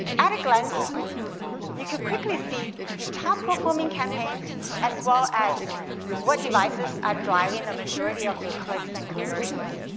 at a glance you could quickly see your top-performing campaign as well as what devices are driving a majority of your clicks and conversions.